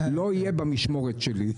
זה לא יהיה במשמרת שלי.